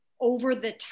over-the-top